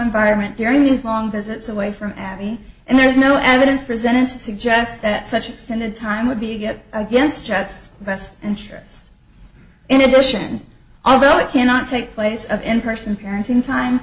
environment during these long visits away from abby and there is no evidence presented to suggest that such a standard time would be a good against jets best interest in addition although it cannot take place of in person parenting time